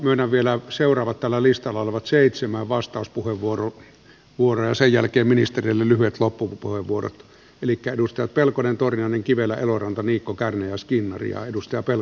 myönnän vielä seuraavat tällä listalla olevat seitsemän vastauspuheenvuoroa ja sen jälkeen ministereille lyhyet loppupuheenvuorot elikkä edustajat pelkonen torniainen kivelä eloranta niikko kärnä ja skinnari